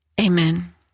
Amen